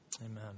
Amen